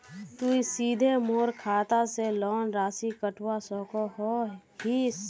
तुई सीधे मोर खाता से लोन राशि कटवा सकोहो हिस?